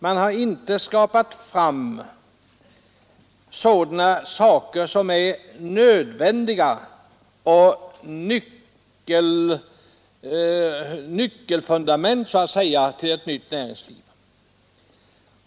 Man har så att säga inte skapat fundamenten till ett nytt näringsliv.